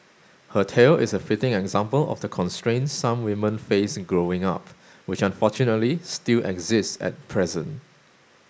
her tale is a fitting example of the constraints some women face growing up which unfortunately still exist at present